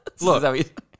Look